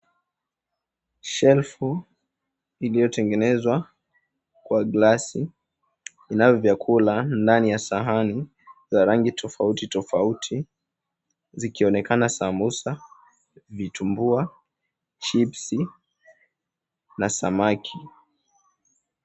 Shelfu iliyotengenezwa kwa glasi, ina vyakula ndani ya sahani za rangi tofauti tofauti, zikionekana sambusa, vitumbua, chipsi na samaki.